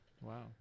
Wow